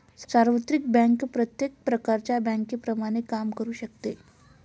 सार्वत्रिक बँक प्रत्येक प्रकारच्या बँकेप्रमाणे काम करू शकते